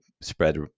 spread